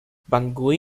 bangui